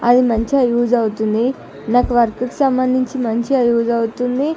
అది మంచిగా యూస్ అవుతుంది నాకు వర్క్కు సంబంధించి మంచిగా యూస్ అవుతుంది